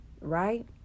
Right